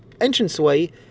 entranceway